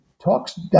talks